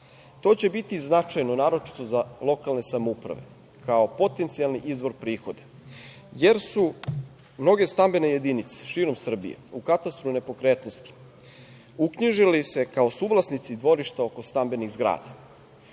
To će biti značajno naročito za lokalne samouprave, kao potencijalni izvor prihoda, jer su mnoge stambene jedinice širom Srbije u Katastru nepokretnosti se uknjižili kao suvlasnici dvorišta oko stambenih zgrada